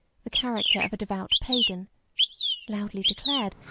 the character of a devout pagan loudly declared,